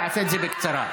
תעשה את זה בקצרה,